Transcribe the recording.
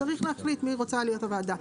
צריך להחליט מי רוצה להיות הוועדה.